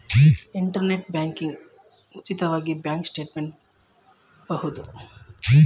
internet banking ಉಚಿತವಾಗಿ bank statement ಬಹುದು